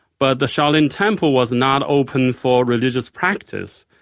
but the shaolin temple was not open for religious practice.